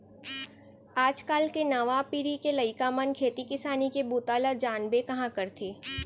आज काल के नवा पीढ़ी के लइका मन खेती किसानी के बूता ल जानबे कहॉं करथे